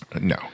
No